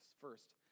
First